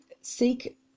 seek